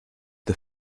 the